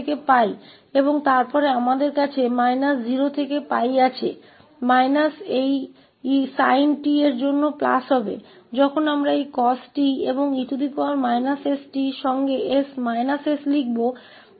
और फिर हमारे पास शून्य से ० से 𝜋 है ऋण से ऋण के लिए प्लस होगा यह sin 𝑡 जब हम इस cos 𝑡 और e st को −s के साथ लिखते हैं